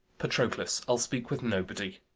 patroclus, i'll speak with nobody.